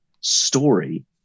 story